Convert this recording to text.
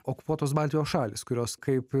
okupuotos baltijos šalys kurios kaip